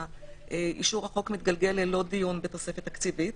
ואישור החוק מתגלגל ללא דיון בתוספת תקציבית.